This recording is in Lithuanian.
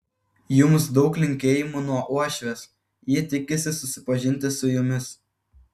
jums daug linkėjimų nuo uošvės ji tikisi susipažinti su jumis